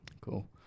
Cool